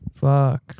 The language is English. Fuck